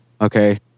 okay